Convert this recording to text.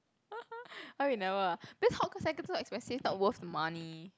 why we never ah because hawker centre so expensive not worth the money